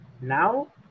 Now